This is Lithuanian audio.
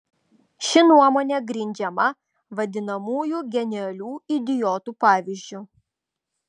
ši nuomonė grindžiama vadinamųjų genialių idiotų pavyzdžiu